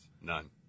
None